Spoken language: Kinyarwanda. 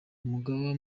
umugaba